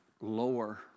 lower